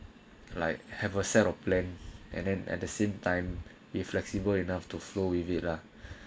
like have a set of plan and then at the same time you flexible enough to flow with it lah